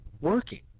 working